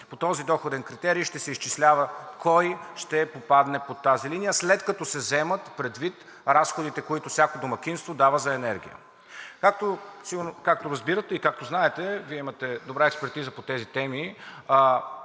По този доходен критерий ще се изчислява кой ще попадне под тази линия, след като се вземат предвид разходите, които всяко домакинство дава за енергия. Както разбирате и както знаете, Вие имате добра експертиза по тези теми,